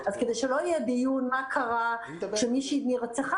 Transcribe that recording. אז כדי שלא יהיה דיון מה קרה כשמישהי נרצחה,